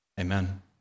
Amen